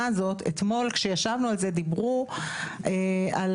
הזאת אתמול כשישבנו על זה דיברו על,